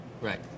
Right